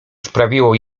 sprawiło